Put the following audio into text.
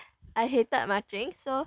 I hated marching so